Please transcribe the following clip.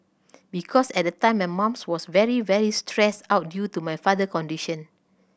because at the time my mum was very very stressed out due to my father condition